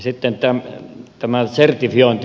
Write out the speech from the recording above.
sitten tämä sertifiointi